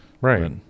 Right